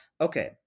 Okay